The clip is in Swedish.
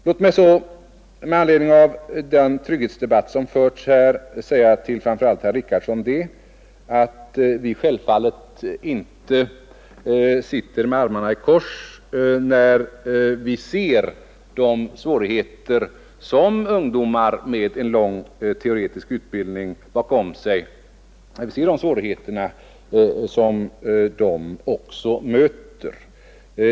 Låt mig så med anledning av den trygghetsdebatt som förts här säga till framför allt herr Richardson att vi självfallet inte sitter med armarna i kors när vi ser de svårigheter som ungdomar med en lång teoretisk utbildning bakom sig också möter.